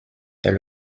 est